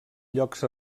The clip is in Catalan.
llocs